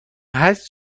هست